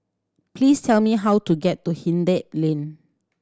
please tell me how to get to Hindhede Lane